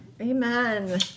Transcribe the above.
Amen